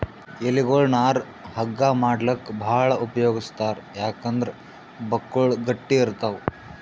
ಎಲಿಗೊಳ್ ನಾರ್ ಹಗ್ಗಾ ಮಾಡ್ಲಾಕ್ಕ್ ಭಾಳ್ ಉಪಯೋಗಿಸ್ತಾರ್ ಯಾಕಂದ್ರ್ ಬಕ್ಕುಳ್ ಗಟ್ಟ್ ಇರ್ತವ್